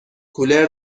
کولر